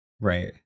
right